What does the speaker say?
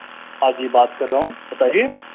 हाँ जी बात कर रहा हूँ बताइए